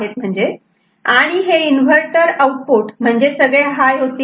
आणि हे inverter output म्हणजेच सगळे हाय होतील